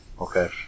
Okay